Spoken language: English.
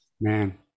Man